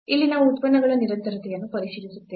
ಇಲ್ಲಿ ನಾವು ಉತ್ಪನ್ನಗಳ ನಿರಂತರತೆಯನ್ನು ಪರಿಶೀಲಿಸುತ್ತೇವೆ